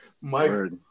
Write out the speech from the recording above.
Mike